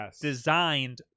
designed